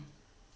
um